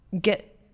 get